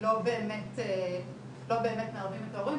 לא באמת מערבים את ההורים.